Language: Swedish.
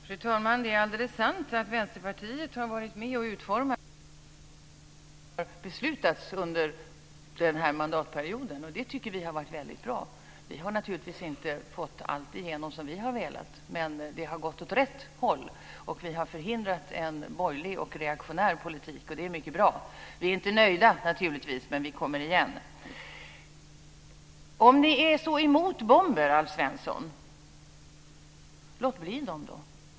Fru talman! Det är sant att Vänsterpartiet har varit med och utformat den politik som har beslutats under den här mandatperioden, och vi tycker att det har varit väldigt bra. Vi har naturligtvis inte fått igenom allt som vi har velat, men det har gått åt rätt håll. Vi har förhindrat en borgerlig och reaktionär politik, och det är mycket bra. Vi är naturligtvis inte nöjda, men vi kommer igen. Om ni är så emot bomber, Alf Svensson, låt bli dem då!